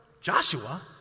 Joshua